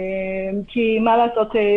כי מה לעשות,